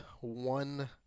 one